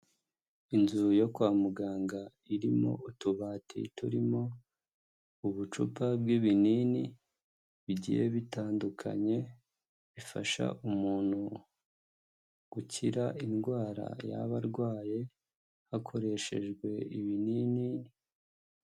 Inzu yo kwa muganga, irimo utubati turimo ubucupa bw'ibinini bigiye bitandukanye, bifasha umuntu gukira indwara yaba arwaye, hakoreshejwe ibinini.